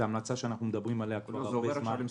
זאת המלצה שאנחנו מדברים עליה כל הזמן.